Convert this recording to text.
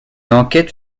enquête